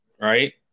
right